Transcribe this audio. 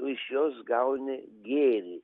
tu iš jos gauni gėrį